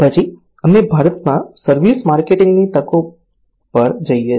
પછી અમે ભારતમાં સર્વિસ માર્કેટિંગની તકો પર જઈએ છીએ